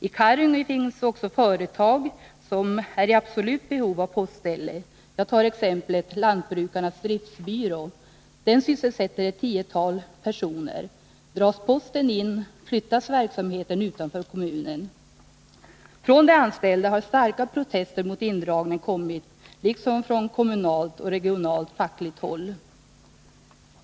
I Karungi finns emellertid också företag som är i absolut behov av ett postställe, t.ex. Lantbrukarnas driftbyrå. Den sysselsätter ett tiotal personer. Dras posten in flyttas verksamheten utanför kommunen. Starka protester mot indragningen har kommit från de anställda där liksom från kommunalt och regionalt fackligt håll.